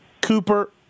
Cooper